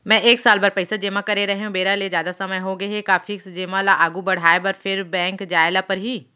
मैं एक साल बर पइसा जेमा करे रहेंव, बेरा ले जादा समय होगे हे का फिक्स जेमा ल आगू बढ़ाये बर फेर बैंक जाय ल परहि?